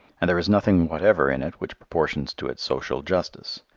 and there is nothing whatever in it which proportions to it social justice.